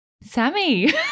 Sammy